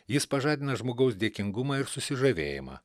jis pažadina žmogaus dėkingumą ir susižavėjimą